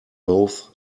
both